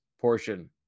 portion